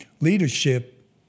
Leadership